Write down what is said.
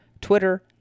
Twitter